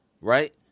Right